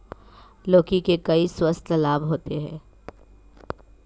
लौकी के कई स्वास्थ्य लाभ होते हैं